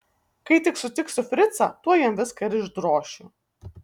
kai tik sutiksiu fricą tuoj jam viską ir išdrošiu